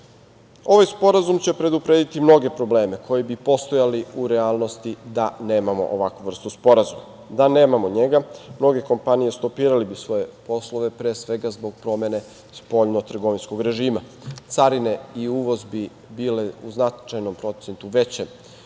sporazum će preduprediti mnoge probleme koji bi postojali u relanosti da nemamo ovakvu vrstu sporazuma, da nemamo njega mnoge kompanije bi stopirale svoje poslove, pre svega zbog promene spoljno-trgovinskog režima, carine i uvoz bi bili u značajnom procentu veće